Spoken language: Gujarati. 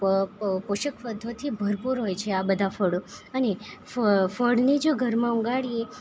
પોષક તત્વોથી ભરપૂર હોય છે આ બધા ફળો અને ફળ ફળને જો ઘરમાં ઉગાડીએ